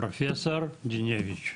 פרופסור דינביץ'.